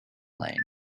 lane